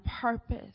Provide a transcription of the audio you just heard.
purpose